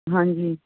ਹਾਂਜੀ